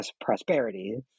prosperity